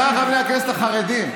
חבריי חברי הכנסת החרדים,